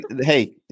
Hey